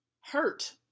hurt